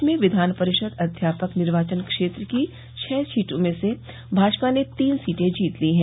प्रदेश में विधान परिषद अध्यापक निर्वाचन क्षेत्र की छह सीटों में से भाजपा ने तीन सीटें जीत ली हैं